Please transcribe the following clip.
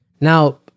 Now